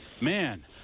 man